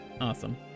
Awesome